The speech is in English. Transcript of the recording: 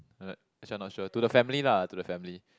uh actually I not sure to the family lah to the family